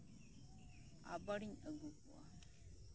ᱟᱵᱟᱨᱤᱧ ᱟᱹᱜᱩ ᱠᱚᱣᱟ